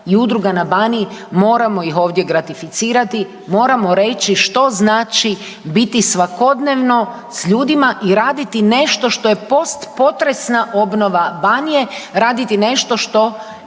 i udruga na Baniji, moramo ih ovdje gratificirati, moramo reći što znači biti svakodnevno s ljudima i raditi nešto što je post potresna obnova Banije, raditi nešto što